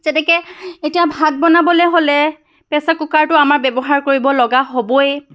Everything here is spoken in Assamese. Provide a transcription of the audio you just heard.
যেনেকৈ এতিয়া ভাত বনাবলৈ হ'লে প্ৰেছাৰ কুকাৰটো আমাৰ ব্যৱহাৰ কৰিবলগা হ'বই